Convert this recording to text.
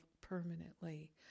permanently